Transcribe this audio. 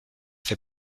fait